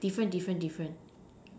different different different